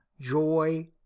joy